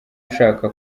ushaka